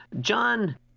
John